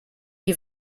die